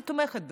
אני תומכת בזה.